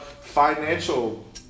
financial